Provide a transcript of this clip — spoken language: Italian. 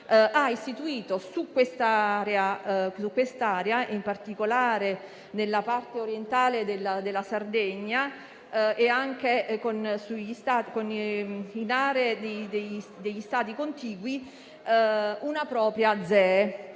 ha istituito su quest'area, in particolare nella parte orientale della Sardegna e in aree degli Stati contigui, una propria zona